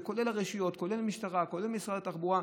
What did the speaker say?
זה כולל הרשויות, כולל המשטרה, כולל משרד התחבורה,